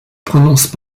prononcent